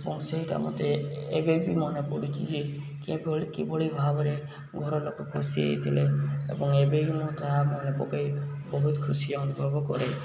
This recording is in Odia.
ଏବଂ ସେଇଟା ମୋତେ ଏବେ ବି ମନେ ପଡ଼ୁଛି ଯେ କେଭଳି କିଭଳି ଭାବରେ ଘରଲୋକ ଖୁସି ହେଇଥିଲେ ଏବଂ ଏବେ ମୁଁ ତାହା ମନେ ପକେଇ ବହୁତ ଖୁସି ଅନୁଭବ କରେ